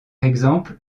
exemple